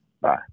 Bye